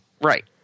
right